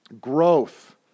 growth